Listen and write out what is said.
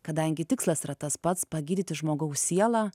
kadangi tikslas yra tas pats pagydyti žmogaus sielą